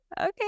Okay